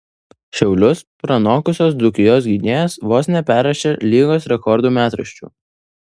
šiaulius pranokusios dzūkijos gynėjas vos neperrašė lygos rekordų metraščių